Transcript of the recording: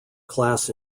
class